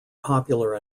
popular